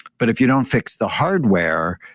but if you don't fix the hardware,